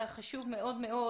חשוב מאוד מאוד.